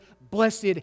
blessed